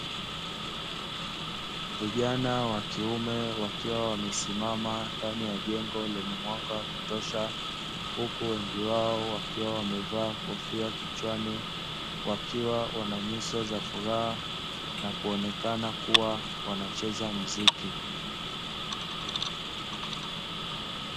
Vijana wa kiume wakiwa wamesimama ndani ya jengo lenye mwanga wa kutosha huku wengi wao wakiwa wamevaa kofia kichwani, wakiwa wana nyuso za furaha na kuonekana kuwa wanacheza mziki.